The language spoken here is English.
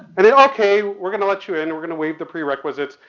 and then ok, we're gonna let you in, we're gonna waive the prerequisites.